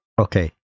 Okay